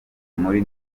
muri